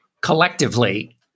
collectively